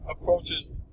approaches